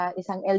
isang